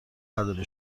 نداره